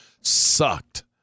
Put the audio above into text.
sucked